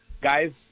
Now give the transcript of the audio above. guys